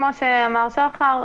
כמו שאמר שחר,